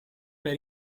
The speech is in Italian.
per